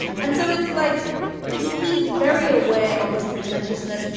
and so it's like he's he's very aware of his pretentiousness.